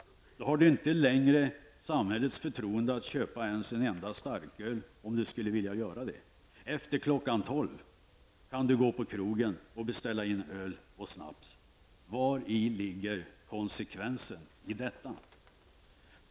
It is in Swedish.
Då har man inte längre samhällets förtroende att köpa ens en starköl även om man skulle vilja göra det. Men efter kl. 12.00 kan man gå på krogen och beställa in öl och snaps. Vari ligger konsekvensen i detta? Herr talman!